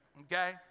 Okay